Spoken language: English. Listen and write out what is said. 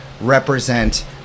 represent